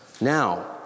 Now